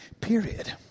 period